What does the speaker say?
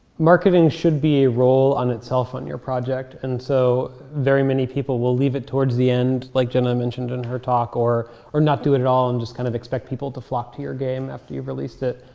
marketing should be a role on itself on your project. and so very many people will leave it towards the end, like jenna mentioned in her talk, or or not do it it all and just kind of expect people to flock to your game after you've released it.